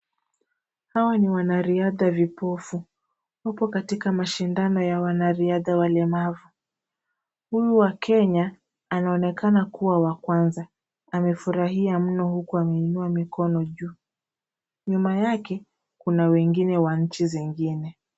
Hawa ni wanariadha vipofu. Wapo katika mashindano ya wanariadha walemavu. Huyu wa Kenya anaonekana kuwa wa kwanza. Amefurahia mno huku ameinua mikono juu. Nyuma yake kuna wengine wa nchi zingine.